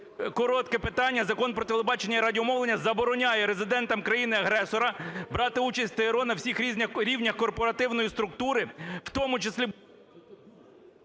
коротке питання. Закон "Про телебачення і радіомовлення" забороняє резидентам країни-агресора брати участь у ТРО на всіх рівнях корпоративної структури, в тому числі…